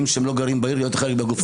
שהם לא גרים בעיר להיות חלק בגוף הבוחר.